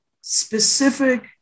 specific